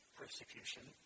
persecution